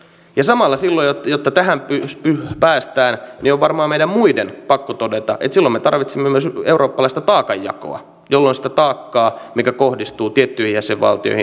ja samalla silloin jotta tähän päästään on varmaan meidän muiden pakko todeta että silloin me tarvitsemme myös eurooppalaista taakanjakoa jolloin sitä taakkaa mikä kohdistuu tiettyihin jäsenvaltioihin jaettaisiin